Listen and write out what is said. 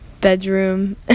bedroom